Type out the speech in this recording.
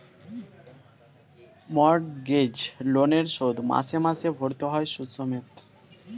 mortgage লোনের শোধ মাসে মাসে ভরতে হয় সুদ সমেত